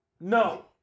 No